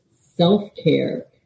self-care